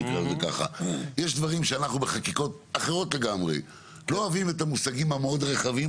אנחנו לא אוהבים בחקיקות את המושגים המאוד רחבים,